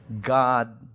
God